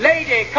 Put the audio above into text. Lady